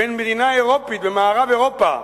בין מדינה אירופית, במערב-אירופה,